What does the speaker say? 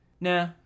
nah